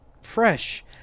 fresh